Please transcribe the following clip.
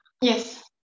Yes